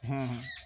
হ্যাঁ হ্যাঁ